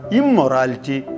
immorality